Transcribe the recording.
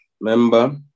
Member